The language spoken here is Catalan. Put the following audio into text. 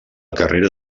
carrera